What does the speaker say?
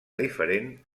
diferent